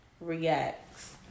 reacts